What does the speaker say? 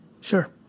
Sure